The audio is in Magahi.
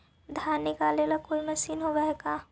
धान निकालबे के कोई मशीन होब है का?